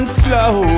slow